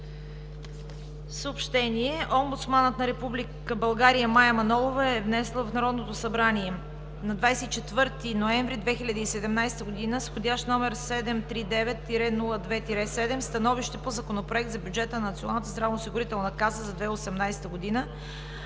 Съобщение: Омбудсманът на Република България Мая Манолова е внесъл в Народното събрание на 24 ноември 2017 г., с вх. № 739-02-7, Становище по Законопроект за бюджета на Националната здравноосигурителна каса за 2018 г.,